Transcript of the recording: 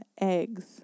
eggs